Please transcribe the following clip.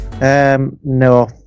No